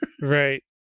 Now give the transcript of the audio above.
Right